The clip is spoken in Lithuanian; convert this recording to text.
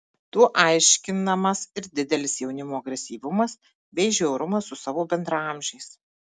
tuo aiškinamas ir didelis jaunimo agresyvumas bei žiaurumas su savo bendraamžiais